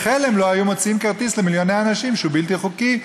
בחלם לא היו מוציאים למיליוני אנשים כרטיס שהוא בלתי חוקי,